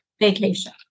Vacation